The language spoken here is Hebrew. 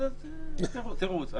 אה, תרוץ.